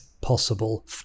possible